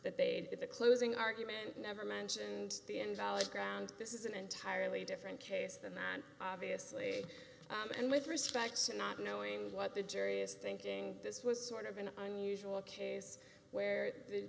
that they did the closing argument never mentioned the invalid ground this is an entirely different case than that obviously and with respect to not knowing what the jury is thinking this was sort of an unusual case where the